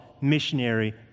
Missionary